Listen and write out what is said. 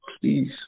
please